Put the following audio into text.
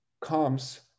comes